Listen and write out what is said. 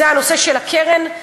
הנושא של הקרן,